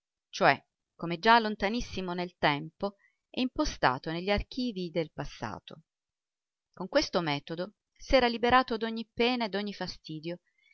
cioè come già lontanissimo nel tempo e impostato negli archivii del passato con questo metodo s'era liberato d'ogni pena e d'ogni fastidio